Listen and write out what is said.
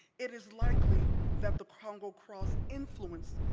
it is likely that the kongo cross influenced,